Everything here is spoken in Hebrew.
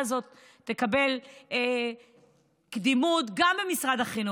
הזאת תקבל קדימות גם במשרד החינוך.